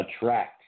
attract